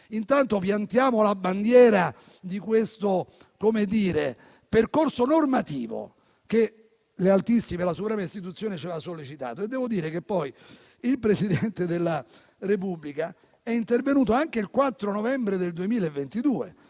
Intanto piantiamo la bandiera di questo percorso normativo che la suprema istituzione ci aveva sollecitato. Devo dire che poi il Presidente della Repubblica è intervenuto anche il 4 novembre 2022,